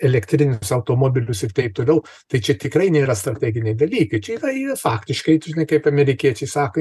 elektrinius automobilius ir taip toliau tai čia tikrai nėra strateginiai dalykai čia yra faktiškai tu žinai kaip amerikiečiai sako